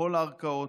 בכל הערכאות,